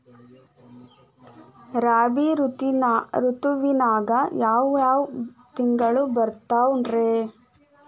ರಾಬಿ ಋತುವಿನಾಗ ಯಾವ್ ಯಾವ್ ತಿಂಗಳು ಬರ್ತಾವ್ ರೇ?